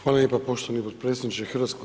Hvala lijepa poštovani potpredsjedniče HS.